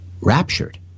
raptured